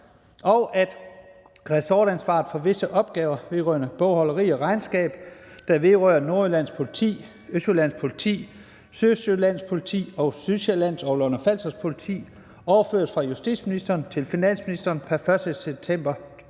og at ressortansvaret for visse opgaver vedrørende bogholderi og regnskab, der vedrører Nordjyllands Politi, Østjyllands Politi, Sydøstjyllands Politi og Sydsjællands og Lolland-Falsters Politi, overføres fra justitsministeren til finansministeren pr. 1. september 2023,